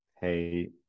hey